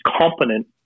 competent